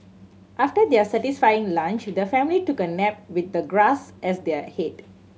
after their satisfying lunch the family took a nap with the grass as their head